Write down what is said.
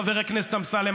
חבר הכנסת אמסלם,